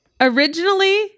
Originally